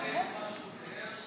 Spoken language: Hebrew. מה שהוא תיאר,